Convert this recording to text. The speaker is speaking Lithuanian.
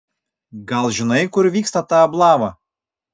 gal žinai kur vyksta ta ablava